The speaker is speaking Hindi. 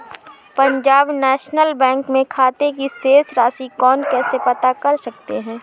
पंजाब नेशनल बैंक में खाते की शेष राशि को कैसे पता कर सकते हैं?